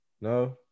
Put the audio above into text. No